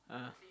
(uh huh)